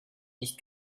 nicht